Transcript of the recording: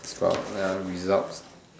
it's about ya results